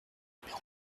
numéro